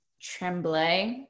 Tremblay